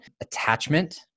attachment